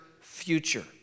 future